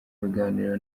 biganiro